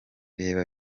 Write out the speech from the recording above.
reba